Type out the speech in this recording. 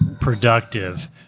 productive